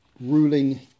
ruling